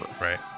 right